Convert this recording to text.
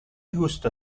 gusta